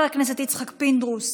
חבר הכנסת יצחק פינדרוס,